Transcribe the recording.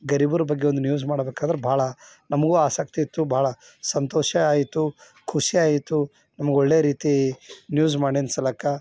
ಗರಿಬರ ಬಗ್ಗೆ ಒಂದು ನ್ಯೂಸ್ ಮಾಡ್ಬೇಕಾದ್ರೆ ಭಾಳ ನಮಗೂ ಆಸಕ್ತಿ ಇತ್ತು ಭಾಳ ಸಂತೋಷ ಆಯಿತು ಖುಷಿಯಾಯಿತು ನಮಗೆ ಒಳ್ಳೆ ರೀತಿ ನ್ಯೂಸ್ ಮಾಡಿದ ಸಲಕ